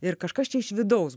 ir kažkas čia iš vidaus